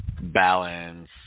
Balance